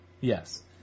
Yes